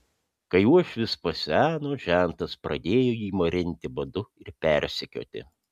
kai uošvis paseno žentas pradėjo jį marinti badu ir persekioti